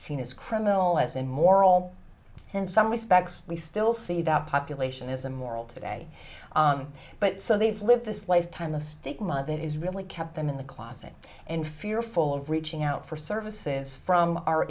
seen as criminal as in moral sense respects we still see that population is a moral today but so they've lived this lifetime the stigma that is really kept them in the closet and fearful of reaching out for services from our